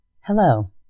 Hello